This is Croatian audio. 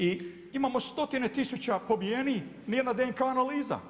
I imamo stotine tisuće pobijenih, ni jedna DNK analiza.